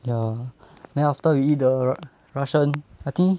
ya then after we eat the russian I think